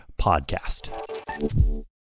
podcast